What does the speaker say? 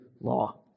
law